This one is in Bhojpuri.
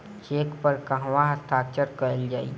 चेक पर कहवा हस्ताक्षर कैल जाइ?